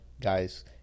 guys